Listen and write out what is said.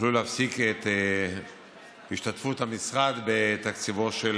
יוכלו להפסיק את השתתפות המשרד בתקציבו של